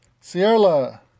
Sierra